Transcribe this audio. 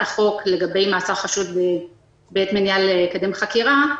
החוק לגבי מעצר חשוד בעת מניעה לקדם חקירה,